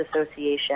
Association